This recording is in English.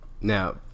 Now